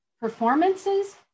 performances